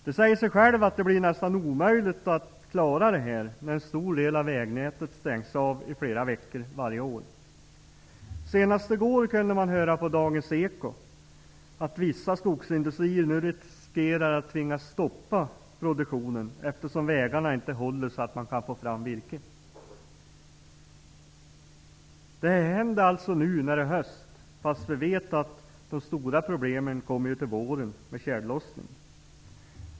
Det säger sig självt att det blir nästan omöjligt att klara detta när en stor del av vägnätet stängs av i flera veckor varje år. Senast i går kunde man höra på Dagens eko att vissa skogsindustrier nu riskerar att tvingas stoppa produktionen eftersom vägarna inte håller för att få fram virke. Detta händer nu när det är höst. Vi vet ju att de stora problemen kommer till våren med tjällossningen.